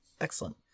Excellent